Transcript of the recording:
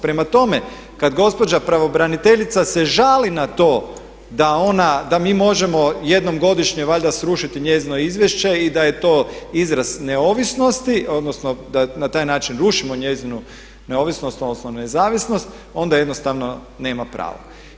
Prema tome, kad gospođa pravobraniteljica se žali na to da ona, da mi možemo jednom godišnje valjda srušiti njezino izvješće i da je to izraz neovisnosti, odnosno da na taj način rušimo njezinu neovisnost, odnosno nezavisnost onda jednostavno nema pravo.